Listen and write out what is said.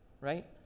right